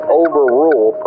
overrule